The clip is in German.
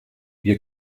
wir